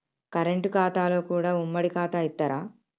Current ఖాతాలో కూడా ఉమ్మడి ఖాతా ఇత్తరా?